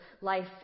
life